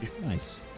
Nice